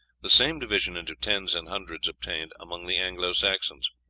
the same division into tens and hundreds obtained among the anglo-saxons.